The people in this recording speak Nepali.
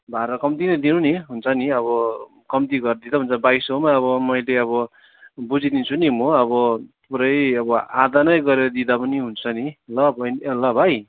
भाडा कम्ती नै दिनु नि हुन्छ नि अब कम्ती गरेर दिँदा हुन्छ बाइस सौमा अब मैले अब बुझिदिन्छु नि म अब पुरै अब आधा नै गरे दिँदा पनि हुन्छ नि ल बहिनी ल भाइ